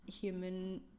human